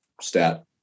stat